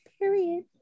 period